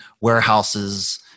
warehouses